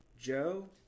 Joe